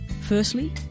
Firstly